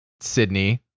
Sydney